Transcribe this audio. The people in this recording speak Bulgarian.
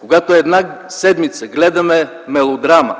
когато една седмица гледаме мелодрама,